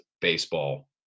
baseball